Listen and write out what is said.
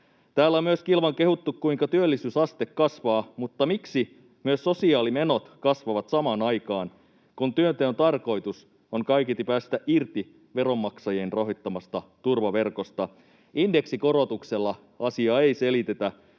Täällä on myös kilvan kehuttu, kuinka työllisyysaste kasvaa. Mutta miksi myös sosiaalimenot kasvavat samaan aikaan, kun työnteon tarkoitus on kaiketi päästä irti veronmaksajien rahoittamasta turvaverkosta? Indeksikorotuksella asiaa ei selitetä.